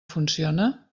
funciona